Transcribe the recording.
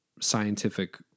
scientific